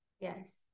Yes